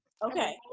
Okay